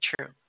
true